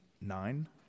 nine